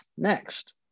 Next